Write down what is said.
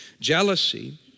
jealousy